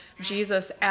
Jesus